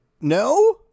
No